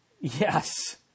Yes